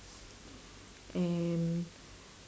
and